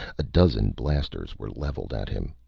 a dozen blasters were leveled at him.